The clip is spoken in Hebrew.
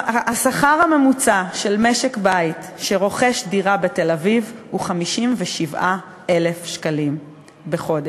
השכר הממוצע של משק-בית שרוכש דירה בתל-אביב הוא 57,000 שקלים בחודש.